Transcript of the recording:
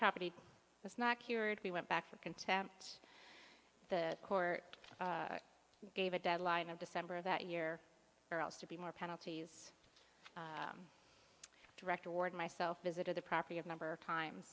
property was not cured we went back for contempt the court gave a deadline of december of that year or else to be more penalties director award myself visited the property of a number of times